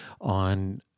on